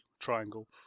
triangle